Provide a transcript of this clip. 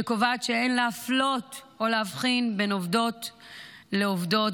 שקובעת שאין להפלות או להבחין בין עובדות לעובדות,